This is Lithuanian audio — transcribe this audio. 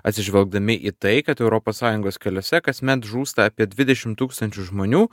atsižvelgdami į tai kad europos sąjungos keliuose kasmet žūsta apie dvidešim tūkstančių žmonių